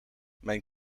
mijn